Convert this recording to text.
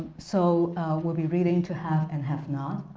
so we'll be reading to have and have not,